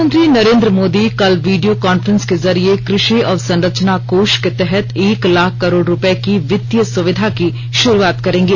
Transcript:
प्रधानमंत्री नरेन्द्र मोदी कल video conference के जरिए कृषि अवसंरचना कोष के तहत एक लाख करोड़ रुपये की वित्तीय सुविधा की शुरूआत करेंगे